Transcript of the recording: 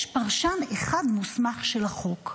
יש פרשן אחד מוסמך של החוק,